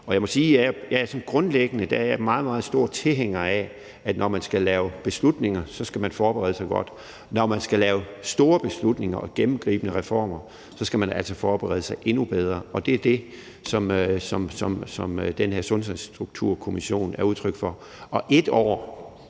er jeg meget, meget stor tilhænger af, at man, når man skal lave beslutninger, skal forberede sig godt. Når man skal lave store beslutninger og gennemgribende reformer, skal man altså forberede sig endnu bedre. Det er det, som den her Sundhedsstrukturkommission er udtryk for.